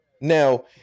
Now